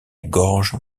gorge